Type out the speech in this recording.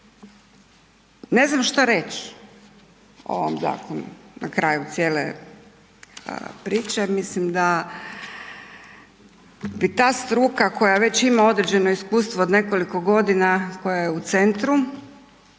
Ne znam šta reći o ovom zakonu na kraju cijele priče jer mislim da bi ta struka koja već ima određeno iskustvo od nekoliko godina, koja je u centru